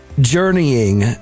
journeying